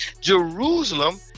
jerusalem